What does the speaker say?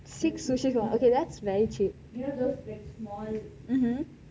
six sushi pieces that is very cheap hmm hmm